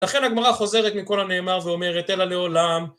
לכן הגמרא חוזרת מכל הנאמר ואומרת אלא לעולם